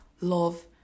love